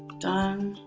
done.